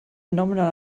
nominal